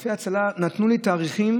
גופי הצלה נתנו לי תאריכים